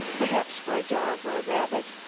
perhaps for a dog or a rabbit,